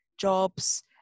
jobs